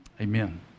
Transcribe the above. Amen